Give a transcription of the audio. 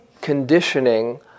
conditioning